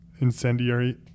incendiary